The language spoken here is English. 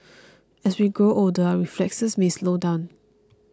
as we grow older our reflexes may slow down